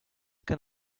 can